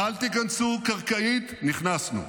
אל תיכנסו קרקעית, נכנסנו,